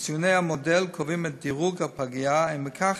וציוני המודל קובעים את דירוג הפגייה, ומכך,